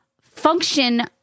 function